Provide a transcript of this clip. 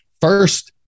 First